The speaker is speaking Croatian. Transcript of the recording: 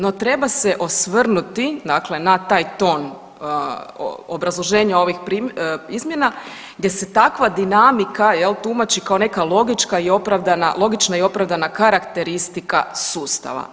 No treba se osvrnuti, dakle na taj ton obrazloženja ovih izmjena gdje se takva dinamika tumači kao neka logična i opravdana karakteristika sustava.